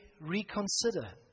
reconsider